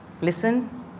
Listen